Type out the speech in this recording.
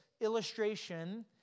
illustration